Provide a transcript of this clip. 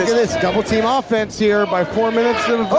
this double team ah offense here by four minutes